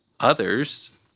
others